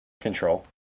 Control